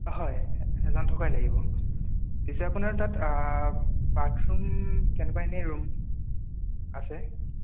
হয় এজন থকাই লাগিব পিছে আপোনাৰ তাত বাথৰুম কেনেকুৱা এনেই ৰুম আছে